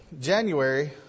January